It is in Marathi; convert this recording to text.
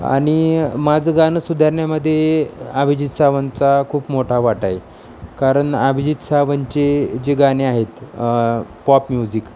आणि माझं गाणं सुधारण्यामध्ये अभिजित सावंतचा खूप मोठा वाटा आहे कारण अभिजित सावंतचे जे गाणे आहेत पॉप म्युझिक